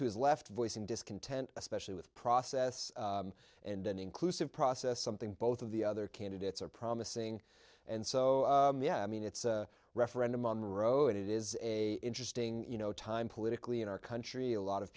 his left voicing discontent especially with process and an inclusive process something both of the other candidates are promising and so yeah i mean it's a referendum on roe it is a interesting you know time politically in our country a lot of